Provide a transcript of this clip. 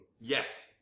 Yes